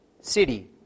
City